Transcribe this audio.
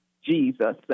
jesus